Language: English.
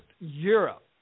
Europe